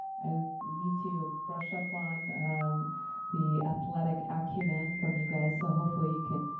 i need to brush up on the athletic acumen from you guys, so hopefully you can